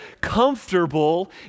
comfortable